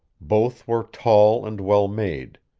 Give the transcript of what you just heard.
both were tall and well-made.